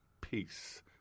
peace